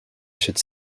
should